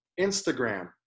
Instagram